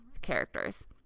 characters